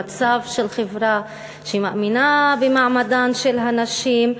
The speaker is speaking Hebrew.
במצב של חברה שמאמינה במעמדן של הנשים,